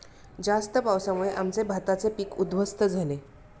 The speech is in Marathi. जास्त पावसामुळे आमचे भाताचे पीक उध्वस्त झाले